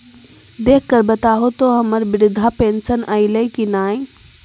देख कर बताहो तो, हम्मर बृद्धा पेंसन आयले है की नय?